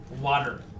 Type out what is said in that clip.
Water